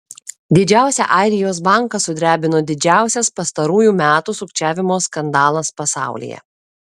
didžiausią airijos banką sudrebino didžiausias pastarųjų metų sukčiavimo skandalas pasaulyje